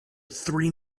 three